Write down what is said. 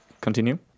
continue